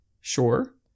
Sure